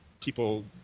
people